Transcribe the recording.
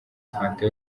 fanta